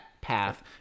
path